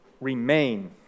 remain